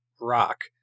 rock